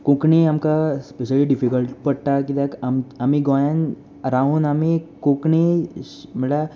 कोंकणी आमकां specially difficult पडटा कित्याक आमकां आमी गोंयांत रावन आमी कोंकणी म्हणल्यार